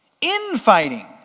infighting